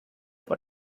but